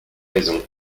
raisons